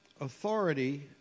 authority